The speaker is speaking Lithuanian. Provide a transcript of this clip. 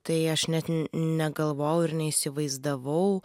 tai aš net negalvojau ir neįsivaizdavau